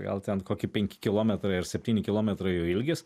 gal ten koki penki kilometrai ar septyni kilometrai jo ilgis